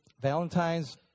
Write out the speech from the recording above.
Valentine's